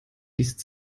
liest